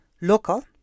local